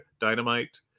Dynamite